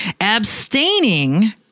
abstaining